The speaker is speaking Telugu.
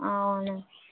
అవును